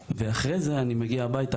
אחרי זה אני בא הביתה,